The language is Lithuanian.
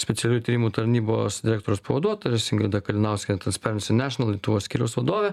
specialiųjų tyrimų tarnybos direktoriaus pavaduotojas ingrida kalinauskienė transparency national lietuvos skyriaus vadovė